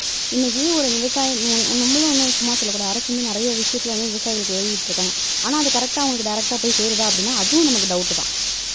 இன்னிக்கி ஒரு விவசாயம் நம்மளும் வந்து சும்மா சொல்ல கூடாது அரசு வந்து நிறையா விஷயத்துல வந்து விவசாயிகளுக்கு உதவிக்கிட்டு இருக்காங்க ஆனால் அதை கரெக்ட்டாக அவங்களுக்கு டேரெக்டாக போய் சேருதா அப்படின்னா அதுவும் நமக்கு டவுட்டு தான்